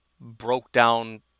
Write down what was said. broke-down